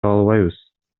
албайбыз